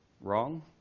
wrong